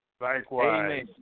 Likewise